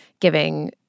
giving